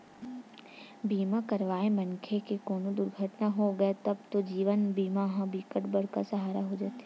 बीमा करवाए मनखे के कोनो दुरघटना होगे तब तो जीवन बीमा ह बिकट बड़का सहारा हो जाते